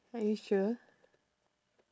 are you sure